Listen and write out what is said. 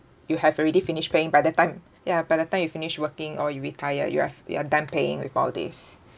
you have already finished paying by that time ya by the time you finish working or you retire you have you are done paying with all these